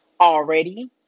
already